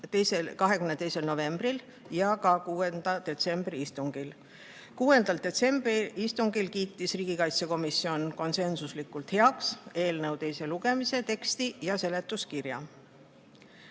22. novembri ja ka 6. detsembri istungil. Oma 6. detsembri istungil kiitis riigikaitsekomisjon konsensuslikult heaks eelnõu teise lugemise teksti ja seletuskirja.